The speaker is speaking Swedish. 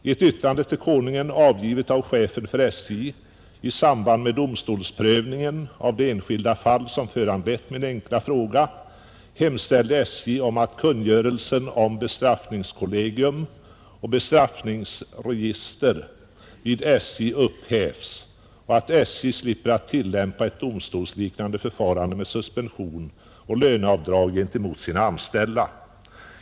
I ett yttrande till Konungen, avgivet av chefen för SJ i samband med domstolsprövningen av det enskilda fall som föranlett min enkla fråga, hemställde SJ om att kungörelsen om bestraffningskollegium och bestraffningsregister vid SJ måtte upphävas och att SJ skall slippa tillämpa ett domstolsliknande förfarande gentemot sina anställda med suspension och löneavdrag.